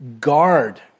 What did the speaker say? guard